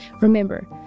Remember